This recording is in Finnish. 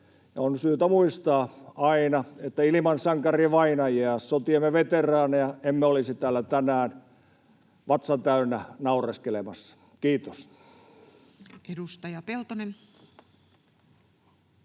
On syytä muistaa aina, että ilman sankarivainajia ja sotiemme veteraaneja emme olisi täällä tänään vatsa täynnä naureskelemassa. — Kiitos.